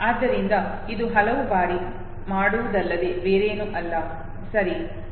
ಆದ್ದರಿಂದ ಇದು ಹಲವಾರು ಬಾರಿ ಮಾಡುವುದಲ್ಲದೆ ಬೇರೇನೂ ಅಲ್ಲ ಸರಿ